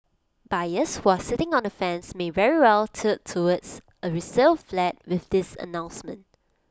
buyers who are sitting on the fence may very well tilt towards A resale flat with this announcement